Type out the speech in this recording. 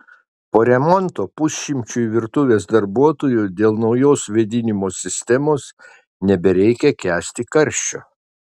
po remonto pusšimčiui virtuvės darbuotojų dėl naujos vėdinimo sistemos nebereikia kęsti karščio